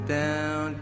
down